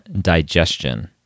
digestion